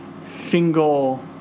single